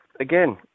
again